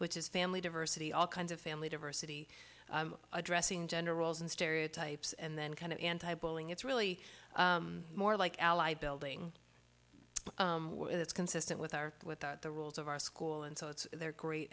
which is family diversity all kinds of family diversity addressing gender roles and stereotypes and then kind of anti bowling it's really more like ally building that's consistent with our with the rules of our school and so it's they're great